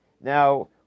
Now